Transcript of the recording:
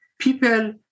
people